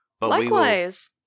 likewise